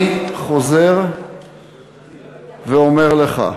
אני חוזר ואומר לך: